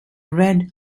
red